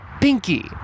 pinky